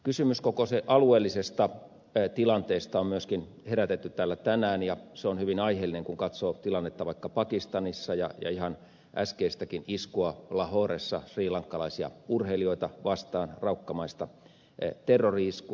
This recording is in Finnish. kysymys koko alueellisesta tilanteesta on myöskin herätetty täällä tänään ja se on hyvin aiheellinen kun katsoo tilannetta vaikka pakistanissa ja ihan äskeistäkin iskua lahoressa srilankalaisia urheilijoita vastaan raukkamaista terrori iskua